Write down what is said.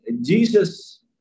Jesus